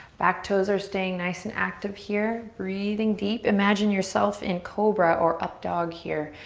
back toes are staying nice and active here breathing deep. imagine yourself in cobra or up dog here.